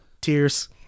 Tears